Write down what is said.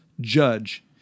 judge